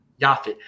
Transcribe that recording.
Yafit